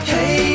Hey